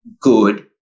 good